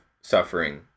suffering